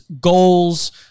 goals